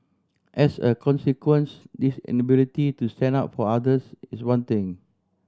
as a consequence this inability to stand up for others is one thing